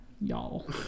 y'all